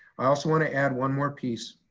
i also wanna add one more piece,